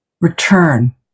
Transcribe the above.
Return